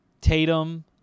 Tatum